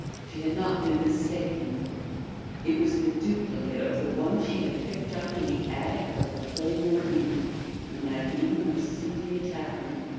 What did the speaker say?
she had not been mistaken it was the duplicate of the one she had picked up in the attic of the claymore inn when that inn was simply a tavern.